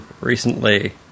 recently